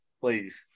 please